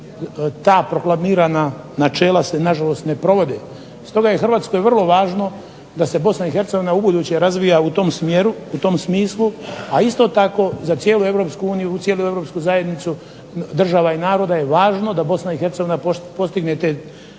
ta proklamirana načela se nažalost ne provode. Stoga je Hrvatskoj vrlo važno da se BiH ubuduće razvija u tom smjeru u tom smislu a isto tako za cijelu EU u cijelu europsku zajednicu država i naroda je važno da BiH postigne te standarde